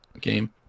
game